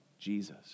Jesus